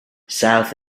south